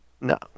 No